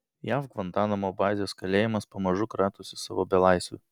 jav gvantanamo bazės kalėjimas pamažu kratosi savo belaisvių